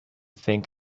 think